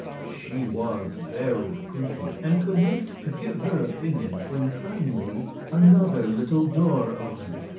she was very prudent and commenced to give her opinion when suddenly another little door opened.